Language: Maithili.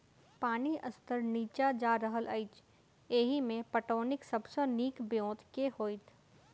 पानि स्तर नीचा जा रहल अछि, एहिमे पटौनीक सब सऽ नीक ब्योंत केँ होइत?